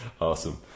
Awesome